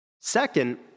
Second